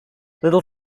little